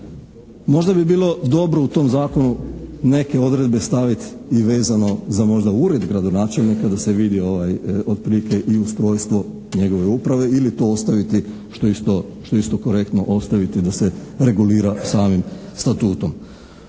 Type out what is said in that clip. Možda bi bilo dobro u tom zakonu neke odredbe staviti i vezano za možda ured gradonačelnika, da se vidi otprilike i ustrojstvo njegove uprave ili to ostaviti što je isto korektno, ostaviti da se regulira samim statutom.